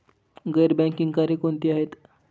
गैर बँकिंग कार्य कोणती आहेत?